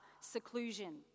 seclusion